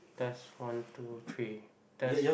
test one two three test